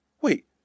Wait